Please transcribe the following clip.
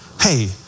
Hey